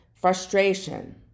Frustration